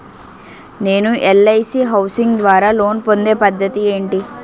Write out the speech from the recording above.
నేను LIC housing ద్వారా loan పొందే పద్ధతి ఏంటి?